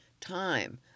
time